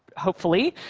hopefully,